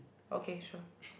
okay sure